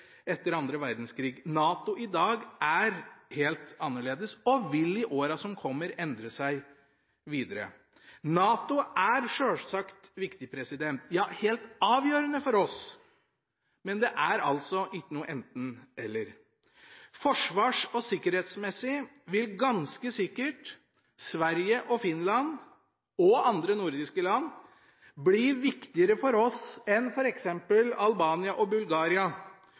etter annen verdenskrig. NATO i dag er helt annerledes og vil i åra som kommer, endre seg videre. NATO er sjølsagt viktig – ja, helt avgjørende – for oss. Det er altså ikke noe enten–eller. Forsvars- og sikkerhetsmessig vil ganske sikkert Sverige, Finland og andre nordiske land bli viktigere for oss enn f.eks. Albania og Bulgaria,